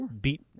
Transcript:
beat